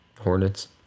Hornets